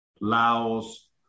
Laos